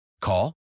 Call